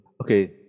Okay